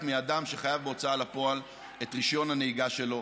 מאדם שחייב בהוצאה לפועל את רישיון הנהיגה שלו,